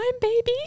baby